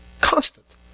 Constant